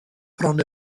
bron